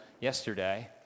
yesterday